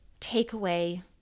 takeaway